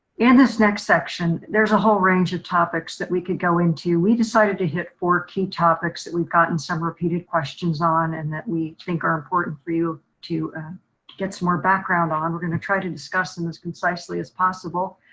in this next section, there's a whole range of topics that we could go into. we decided to hit four key topics that we've got in some repeated questions on and that we think are important for you to get some more background on. we're gonna try to discuss them as concisely as possible.